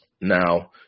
Now